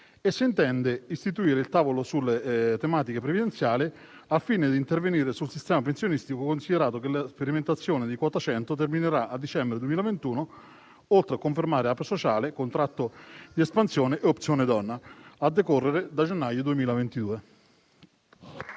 se intende istituire il tavolo sulle tematiche previdenziali, al fine di intervenire sul sistema pensionistico, considerato che la sperimentazione di quota 100 terminerà a dicembre 2021, oltre a confermare Ape sociale, contratto di espansione e opzione donna a decorrere dal gennaio 2022.